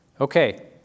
Okay